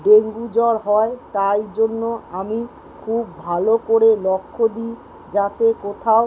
dengue জ্বর হয় তাই জন্য আমি খুব ভালো করে লক্ষ্য দিই যাতে কোথাও